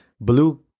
Blue